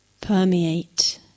permeate